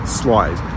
slide